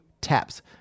taps